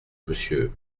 monsieur